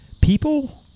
People